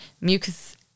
mucus